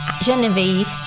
Genevieve